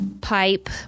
pipe